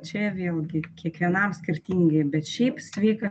čia vėlgi kiekvienam skirtingai bet šiaip sveika